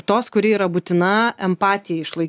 tos kuri yra būtina empatijai išlaik